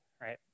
right